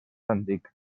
antic